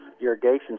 irrigation